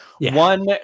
one